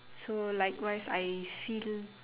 so likewise I feel